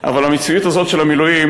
אבל המציאות הזאת של המילואים,